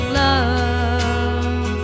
love